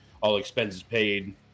all-expenses-paid